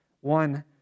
one